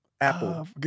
Apple